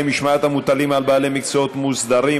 משמעת המוטלים על בעלי מקצועות מוסדרים,